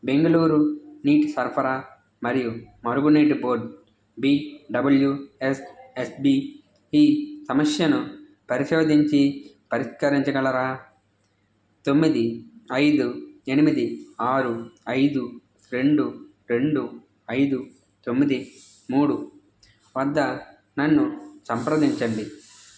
బెంగుళూరు నీటి సరఫరా మరియు మురుగునీటి బోర్డ్ బిడబ్ల్యూఎస్ ఎస్బి ఈ సమస్యను పరిశోధించి పరిష్కరించగలరా తొమ్మిది ఐదు ఎనిమిది ఆరు ఐదు రెండు రెండు ఐదు తొమ్మిది మూడు వద్ద నన్ను సంప్రదించండి